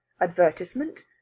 Advertisement